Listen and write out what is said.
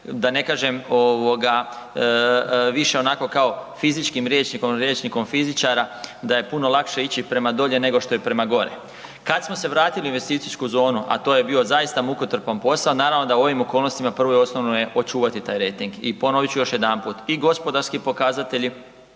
da ne kažem više onako kao fizičkim rječnikom ili rječnikom fizičara, da je puno lakše ići prema dolje nego što je prema gore. Kada smo se vratili u investicijsku zonu, a to je bio zaista mukotrpan posao naravno da u ovim okolnostima prvo i osnovno je očuvati taj rejting. I ponovit ću još jedanput i gospodarski pokazatelji,